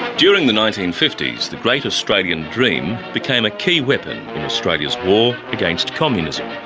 during the nineteen fifty s, the great australian dream became a key weapon in australia's war against communism.